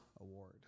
award